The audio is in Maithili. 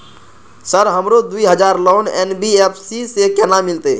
सर हमरो दूय हजार लोन एन.बी.एफ.सी से केना मिलते?